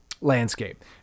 landscape